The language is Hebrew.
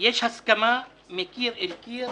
יש הסכמה מקיר לקיר